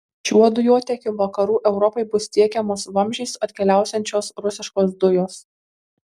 šiuo dujotiekiu vakarų europai bus tiekiamos vamzdžiais atkeliausiančios rusiškos dujos